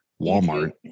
Walmart